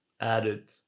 added